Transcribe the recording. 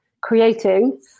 Creating